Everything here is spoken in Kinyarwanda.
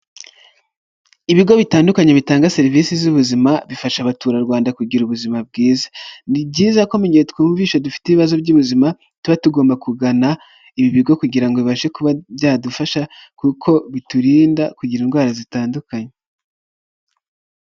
Ibigo bitandukanye bitanga serivisi z'ubuzima bifasha abaturarwanda kugira ubuzima bwiza, ni byiza ko twumvishe dufite ibibazo by'ubuzima tuba tugomba kugana ibi bigo kugira ngo bibashe kuba byadufasha, kuko biturinda kugira indwara zitandukanye.